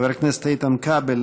חבר הכנסת איתן כבל,